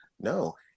no